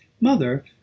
Mother